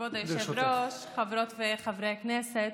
כבוד היושב-ראש, חברות וחברי הכנסת.